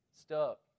stop